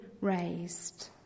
raised